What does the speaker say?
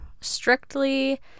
strictly